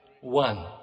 one